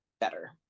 better